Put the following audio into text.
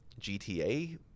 GTA